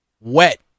Wet